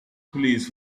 place